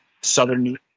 Southern